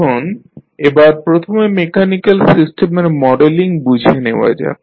এখন এবার প্রথমে মেকানিক্যাল সিস্টেমের মডেলিং বুঝে নেওয়া যাক